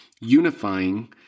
unifying